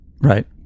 right